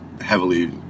heavily